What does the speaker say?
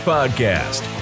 Podcast